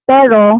Pero